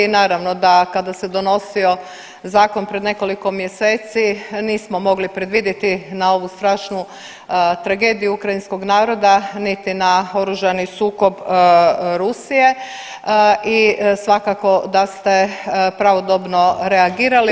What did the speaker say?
Naravno da kada se donosio zakon pred nekoliko mjeseci nismo mogli predvidjeti na ovu strašnu tragediju ukrajinskog naroda, niti na oružani sukob Rusije i svakako da ste pravodobno reagirali.